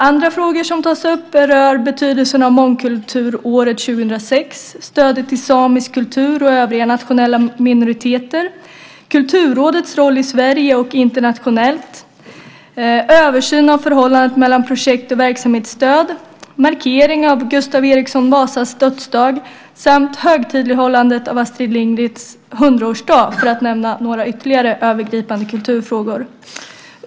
Andra frågor som tas upp berör betydelsen av mångkulturåret 2006, stödet till samisk kultur och övriga nationella minoriteter, Kulturrådets roll i Sverige och internationellt, översyn av förhållandet mellan projekt och verksamhetsstöd, markering av Gustav Eriksson Vasas dödsdag samt högtidlighållandet av Astrid Lindgrens 100-årsdag för att nämna några ytterligare övergripande kulturfrågor.